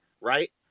right